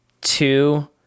two